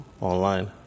online